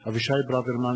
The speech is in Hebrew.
אבישי ברוורמן,